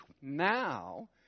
now